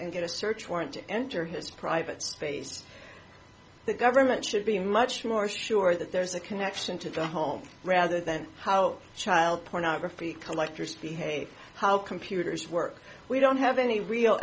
and get a search warrant to enter his private space the government should be much more sure that there's a connection to the home rather than how child pornography collectors behave how computers work we don't have any real